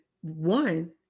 one